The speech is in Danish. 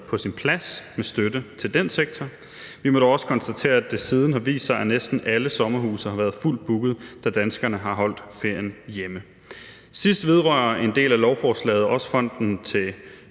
på sin plads med støtte til den sektor. Vi må dog også konstatere, at det siden har vist sig, at næsten alle sommerhuse har været fuldt bookede, da danskerne har holdt ferien hjemme. Sidst vedrører en del af lovforslaget også fonden til